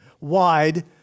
wide